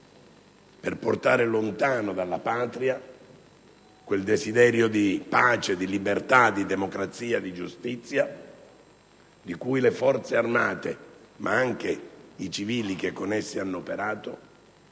per portare lontano dalla Patria quel desidero di pace, di libertà, di democrazia e di giustizia, di cui le Forze armate, ma anche i civili che con essi hanno operato,